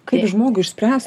kaip žmogui išspręst